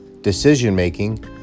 decision-making